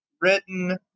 written